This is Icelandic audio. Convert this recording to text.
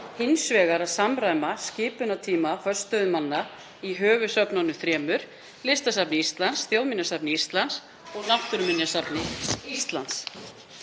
hins vegar að samræma skipunartíma forstöðumanna í höfuðsöfnunum þremur; Listasafni Íslands, Þjóðminjasafni Íslands og Náttúruminjasafni Íslands.